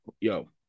Yo